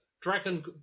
Dragon